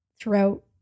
throughout